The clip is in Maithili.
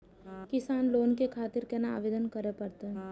किसान लोन के खातिर केना आवेदन करें परतें?